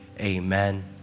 amen